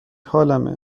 حالمه